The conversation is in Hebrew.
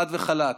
חד וחלק.